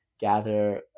gather